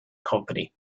company